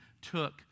took